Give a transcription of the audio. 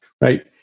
right